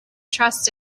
trust